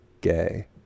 gay